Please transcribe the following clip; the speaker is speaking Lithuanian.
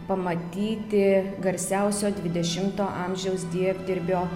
pamatyti garsiausio dvidešimto amžiaus dievdirbio